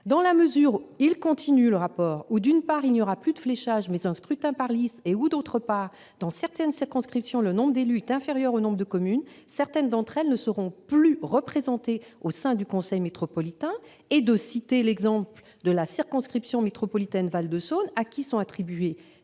Dans la mesure où, d'une part, il n'y aura plus de fléchage, mais un scrutin par liste et où, d'autre part, dans certaines circonscriptions, le nombre d'élus est inférieur au nombre de communes, certaines d'entre elles ne seront plus représentées au sein du conseil métropolitain. » Ils citent ensuite l'exemple de la circonscription métropolitaine Val-de-Saône à laquelle sont attribués